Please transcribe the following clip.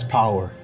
power